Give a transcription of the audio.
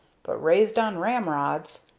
but raised on ramrods.